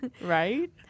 Right